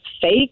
fake